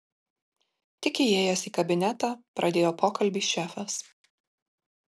tik įėjęs į kabinetą pradėjo pokalbį šefas